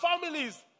families